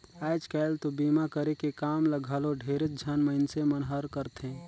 आयज कायल तो बीमा करे के काम ल घलो ढेरेच झन मइनसे मन हर करथे